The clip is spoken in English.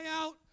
out